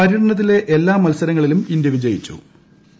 പര്യടനത്തിലെ എല്ലാ മത്സരങ്ങളിലും ഇന്ത്യ വിജയിച്ചിട്ടുണ്ട്